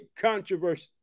controversy